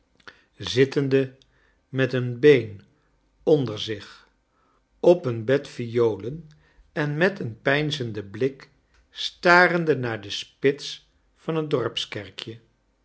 zittende met een been onder zich op een bed violen en met een peinzenden blik starende naar de spits van een dorpskerkje